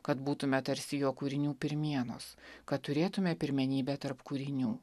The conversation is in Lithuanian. kad būtume tarsi jo kūrinių pirmienos kad turėtume pirmenybę tarp kūrinių